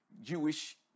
jewish